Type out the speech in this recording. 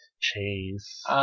cheese